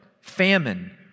famine